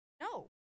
No